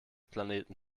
planeten